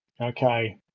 Okay